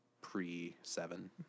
pre-seven